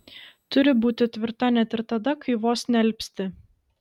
turi būti tvirta net ir tada kai vos nealpsti